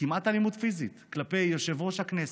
כמעט אלימות פיזית, כלפי יושב-ראש הכנסת,